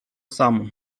samo